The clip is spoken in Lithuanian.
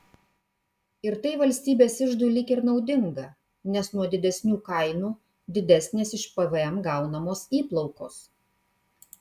ir tai valstybės iždui lyg ir naudinga nes nuo didesnių kainų didesnės iš pvm gaunamos įplaukos